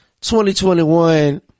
2021